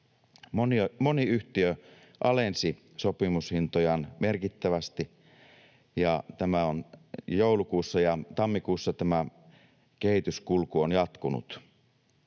Moni yhtiö alensi sopimushintojaan merkittävästi, ja joulukuussa ja tammikuussa tämä kehityskulku on jatkunut.